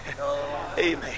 Amen